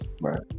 Right